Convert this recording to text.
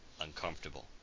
uncomfortable